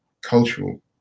cultural